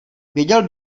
věděl